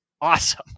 awesome